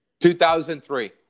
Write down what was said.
2003